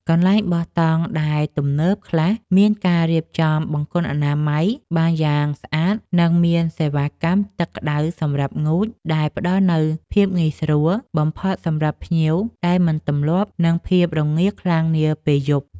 កន្លែងបោះតង់ដែលទំនើបខ្លះមានការរៀបចំបង្គន់អនាម័យបានយ៉ាងស្អាត និង មានសេវាកម្មទឹកក្តៅសម្រាប់ងូតដែលផ្តល់នូវភាពងាយស្រួលបំផុតសម្រាប់ភ្ញៀវដែលមិនទម្លាប់នឹងភាពរងាខ្លាំងនាពេលយប់។